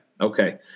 Okay